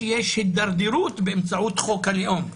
אלא יש הידרדרות באמצעות חוק הלאום.